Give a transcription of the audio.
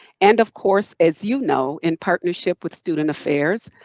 and of course, as you know, in partnership with student affairs,